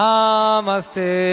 Namaste